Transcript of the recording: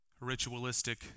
ritualistic